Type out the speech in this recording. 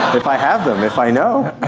if i have them, if i know!